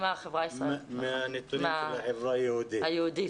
מהנתונים של החברה היהודית.